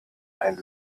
ein